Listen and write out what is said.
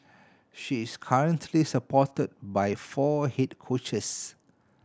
she is currently supported by four head coaches